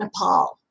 Nepal